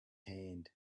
hand